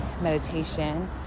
meditation